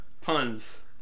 puns